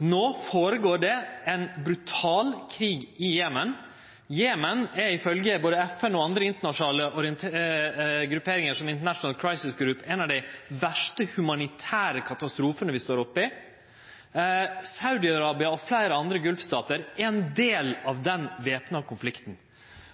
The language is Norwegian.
det føre seg ein brutal krig i Jemen. Jemen er ifølgje både FN og andre internasjonale grupperingar, som International Crisis Group, ein av dei verste humanitære katastrofane vi står oppe i. Saudi-Arabia og fleire andre golfstatar er ein del av den væpna konflikten.